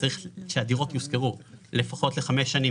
צריך שהדירות יושכרו לפחות לחמש שנים